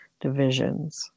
divisions